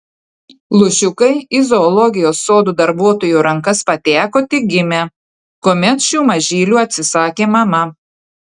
lūšiukai į zoologijos sodo darbuotojų rankas pateko tik gimę kuomet šių mažylių atsisakė mama